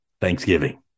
Thanksgiving